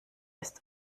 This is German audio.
ist